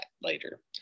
later